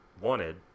wanted